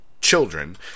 children